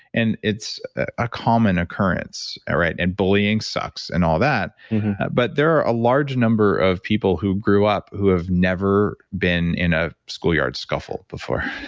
and it's a common occurrence, ah and bullying sucks and all that but there are a large number of people who grew up who have never been in a school yard scuffle before.